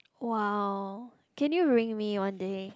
!wow! can you bring me one day